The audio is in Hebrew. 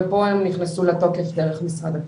והם נכנסו לתוקף פה דרך משרד הפנים.